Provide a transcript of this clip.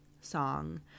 song